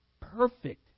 perfect